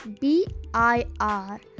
B-I-R